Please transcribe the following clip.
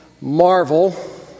marvel